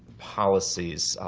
policies,